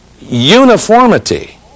uniformity